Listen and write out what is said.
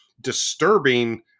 disturbing